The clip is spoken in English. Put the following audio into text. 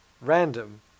random